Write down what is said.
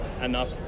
enough